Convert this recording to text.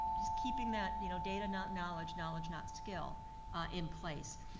just keeping that you know data not knowledge, knowledge not skill in place.